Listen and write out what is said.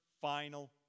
final